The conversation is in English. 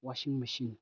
washing machine